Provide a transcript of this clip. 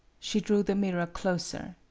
she drew the mirror closer.